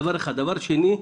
דבר שני,